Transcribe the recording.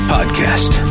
Podcast